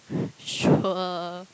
sure